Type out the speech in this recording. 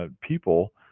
people